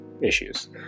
issues